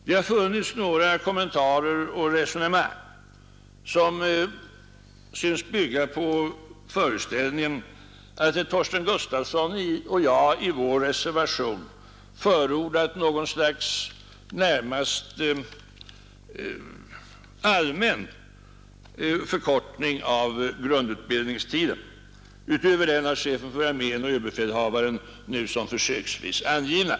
Det har förekommit några kommentarer och resonemang som synes bygga på föreställningen, att herr Torsten Gustafsson och jag i vår reservation förordat något slags närmast allmän förkortning av grundutbildningstiden, utöver den av chefen för armén och överbefälhavaren nu försöksvis angivna.